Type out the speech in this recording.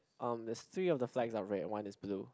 um there is three of the flags are red and one is blue